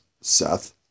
Seth